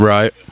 Right